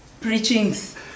preachings